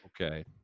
Okay